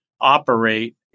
operate